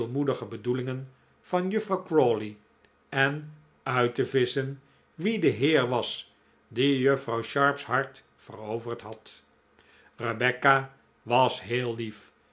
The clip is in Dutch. edelmoedige bedoelingen van juffrouw crawley en uit te visschen wie de heer was die juffrouw sharp's hart veroverd had rebecca was heel lief